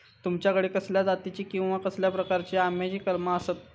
तुमच्याकडे कसल्या जातीची किवा कसल्या प्रकाराची आम्याची कलमा आसत?